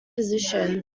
position